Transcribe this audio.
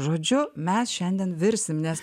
žodžiu mes šiandien virsime nes